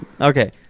Okay